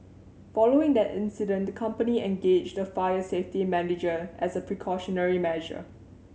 following that incident the company engaged a fire safety manager as a precautionary measure